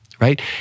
right